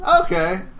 Okay